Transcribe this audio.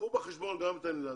קחו בחשבון גם את העניין הזה.